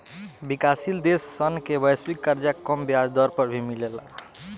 विकाशसील देश सन के वैश्विक कर्जा कम ब्याज दर पर भी मिलेला